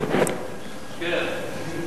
תפאדל.